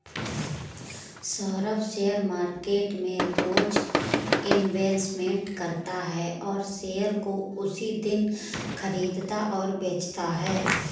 Saurabh share market में रोज investment करता है और शेयर को उसी दिन खरीदता और बेचता है